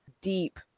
deep